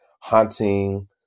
haunting